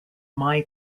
mai